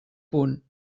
punt